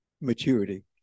Maturity